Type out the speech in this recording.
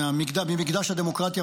ממקדש הדמוקרטיה,